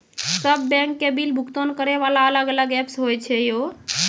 सब बैंक के बिल भुगतान करे वाला अलग अलग ऐप्स होय छै यो?